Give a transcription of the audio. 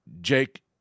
Jake